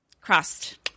crossed